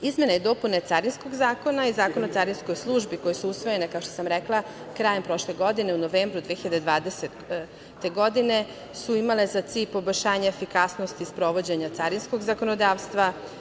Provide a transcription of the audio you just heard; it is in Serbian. Izmene i dopune Carinskog zakona i Zakona o carinskoj službi, koje su usvojene krajem prošle godine, u novembru 2020. godine, su imale za cilj poboljšanje efikasnosti sprovođenja carinskog zakonodavstva.